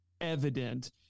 evident